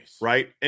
right